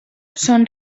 són